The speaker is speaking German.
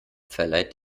verleiht